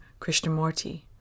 Krishnamurti